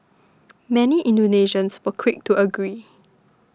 many Indonesians were quick to agree